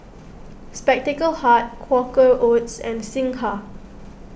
Spectacle Hut Quaker Oats and Singha